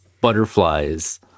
butterflies